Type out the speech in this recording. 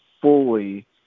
fully